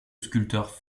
sculpteur